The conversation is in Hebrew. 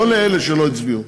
לא לאלה שלא הצביעו,